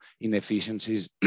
inefficiencies